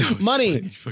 Money